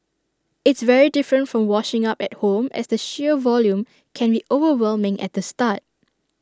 it's very different from washing up at home as the sheer volume can be overwhelming at the start